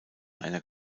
einer